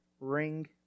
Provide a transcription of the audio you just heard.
ring